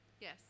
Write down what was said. Yes